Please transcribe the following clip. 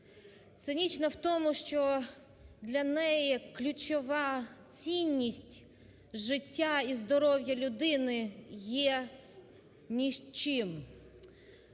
Цинічна в тому, що для неї ключова цінність, життя і здоров'я людини, є нічим.